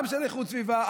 גם של איכות סביבה,